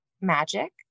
magic